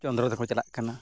ᱪᱚᱱᱫᱨᱚ ᱛᱮᱵᱚᱱ ᱪᱟᱞᱟᱜ ᱠᱟᱱᱟ